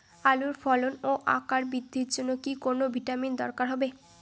আলুর ফলন ও আকার বৃদ্ধির জন্য কি কোনো ভিটামিন দরকার হবে?